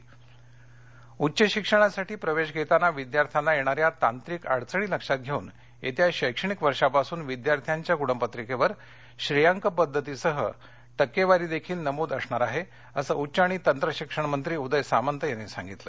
गणपत्रिकेवर श्रेयांक पद्धतीसह टक्केवारी उच्च शिक्षणासाठी प्रवेश घेताना विद्यार्थ्यांना येणाऱ्या तांत्रिक अडचणी लक्षात घेऊन येत्या शैक्षणिक वर्षापासून विद्यार्थ्यांच्या गुणपत्रिकेवर श्रेयांक पद्धतीसह टक्केवारीही नमूद असणार आहे असं उच्च आणि तंत्रशिक्षणमंत्री उदय सामंत यांनी सांगितलं